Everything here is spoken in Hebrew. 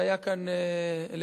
שהיה כאן לפני.